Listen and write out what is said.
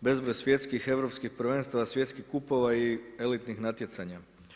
bezbroj svjetskih, europskih prvenstava, svjetskih kupova i elitnih natjecanja.